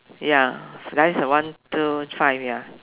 ya there is one two five ya